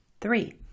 Three